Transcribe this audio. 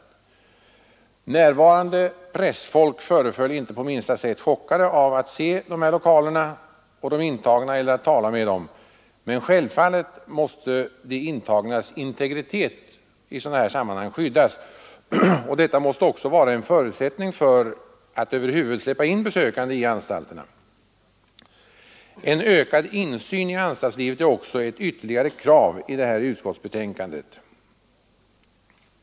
Närvarande pressfolk föreföll inte på minsta sätt chockade av att se lokaler och intagna eller av att tala med dem. Men självfallet måste de intagnas integritet i sådana här sammanhang skyddas, och detta måste också vara en förutsättning för att över huvud taget släppa in besökande i anstalterna. En ökad insyn i anstaltslivet är också ett ytterligare krav i detta utskottsbetänkande.